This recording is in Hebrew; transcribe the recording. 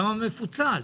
גם המפוצל.